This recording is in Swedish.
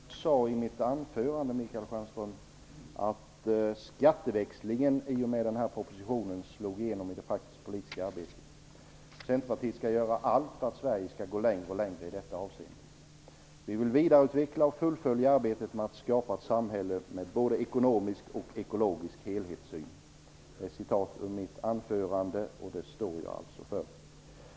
Fru talman! Jag sade i mitt anförande, Michael Stjernström, att skatteväxlingen i och med denna proposition slog igenom i det praktisk-politiska arbetet. Centerpartiet skall göra allt för att Sverige skall gå längre och längre i detta avseende. Vi vill vidareutveckla och fullfölja arbetet med att skapa ett samhälle med både ekonomisk och ekologisk helhetssyn. Detta sade jag mitt anförande och det står jag alltså för.